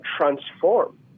transform